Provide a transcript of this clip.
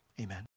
amen